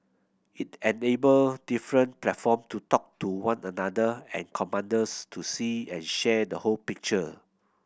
it enabled different platform to talk to one another and commanders to see and share the whole picture